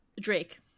drake